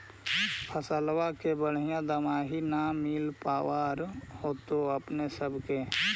फसलबा के बढ़िया दमाहि न मिल पाबर होतो अपने सब के?